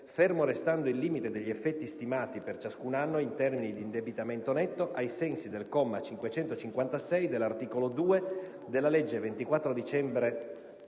fermo restando il limite degli effetti stimati per ciascun anno in termini di indebitamento netto, ai sensi del comma 556 dell'articolo 2 della legge 24 dicembre